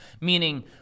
meaning